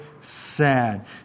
sad